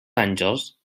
àngels